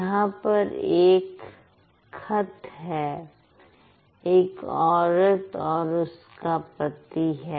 यहां पर एक खत है एक औरत है और उसका पति है